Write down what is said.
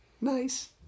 Nice